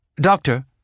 Doctor